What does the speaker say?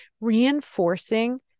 reinforcing